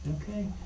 okay